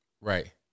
Right